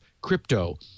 crypto